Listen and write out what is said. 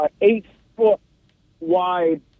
eight-foot-wide